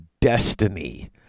Destiny